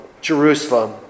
Jerusalem